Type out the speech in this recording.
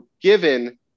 given